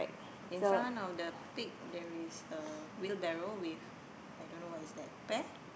in front of the pig there is a wheelbarrow with I don't know what is that pear